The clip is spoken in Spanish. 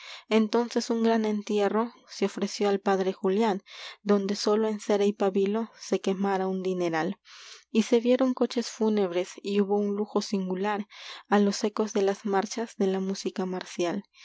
entonces se un gran entierro ofreció al padre julián en cera donde sólo se y pábilo quemara un se dineral y y vieron coches fúnebres un hubo lujo singular de las marchas á los ecos de la música marcial